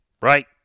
right